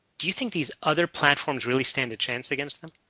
do you think these other platforms really stand the chance against them?